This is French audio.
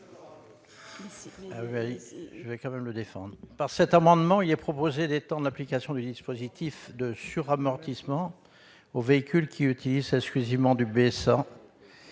Par cet amendement, il est proposé d'étendre l'application du dispositif de suramortissement aux véhicules qui utilisent exclusivement du B100.